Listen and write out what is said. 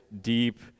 deep